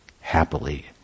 happily